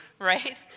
right